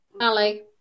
ali